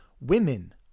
women